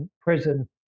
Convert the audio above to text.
Prison